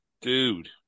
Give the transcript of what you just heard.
Dude